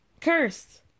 Cursed